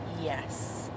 yes